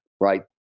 right